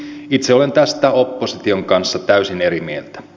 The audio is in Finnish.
itse olen tästä opposition kanssa täysin eri mieltä